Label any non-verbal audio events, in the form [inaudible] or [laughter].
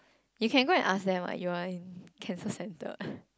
you can go and ask them ah you are in cancer centre [laughs]